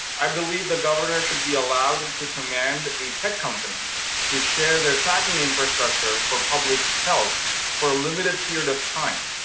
i believe the governor should be allowed to command a tech company to share their tracking infrastructure for public health for a limited period of time.